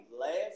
last